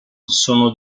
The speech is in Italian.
sono